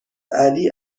علی